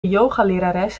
yogalerares